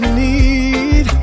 need